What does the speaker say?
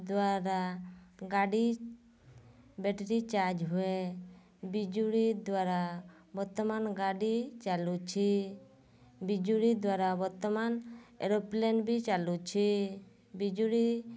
ଦ୍ଵାରା ଗାଡ଼ି battery charge ହୁଏ ବିଜୁଳି ଦ୍ଵାରା ବର୍ତ୍ତମାନ ଗାଡ଼ି ଚାଲୁଛି ବିଜୁଳି ଦ୍ଵାରା ବର୍ତ୍ତମାନ ଏରୋପ୍ଲେନ୍ ବି ଚାଲୁଛି ବିଜୁଳି